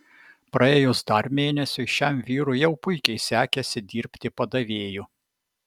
praėjus dar mėnesiui šiam vyrui jau puikiai sekėsi dirbti padavėju